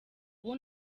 ubu